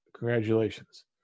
Congratulations